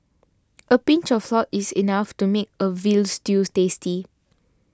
a pinch of salt is enough to make a Veal Stew tasty